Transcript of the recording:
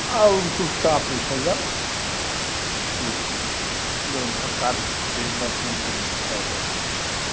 और तो क्या पूछेगा लेओ सरकार तो मिलते भव है